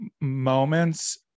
moments